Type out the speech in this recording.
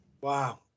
Wow